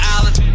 Island